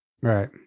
right